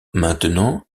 maintenant